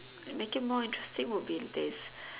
make it more interesting would be there's